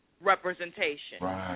representation